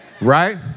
Right